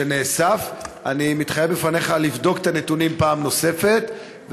אני מתחייב בפניך לבדוק את הנתונים פעם נוספת,